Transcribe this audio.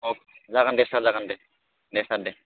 अ जागोन दे सार जागोन दे दे सार दे